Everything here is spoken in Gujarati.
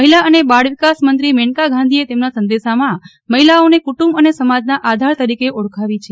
મહિલા અને બાળવિકાસ મંત્રી મેનકા ગાંધીએ તેમના સંદેશામાં મહિલાઓને કુટુંબ અને સમાજના આધાર તરીકે ઓળખાવી છે